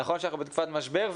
נכון שאנחנו בתקופת משבר,